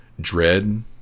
dread